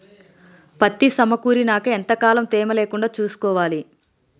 పత్తి సమకూరినాక ఎంత కాలం తేమ లేకుండా చూసుకోవాలి?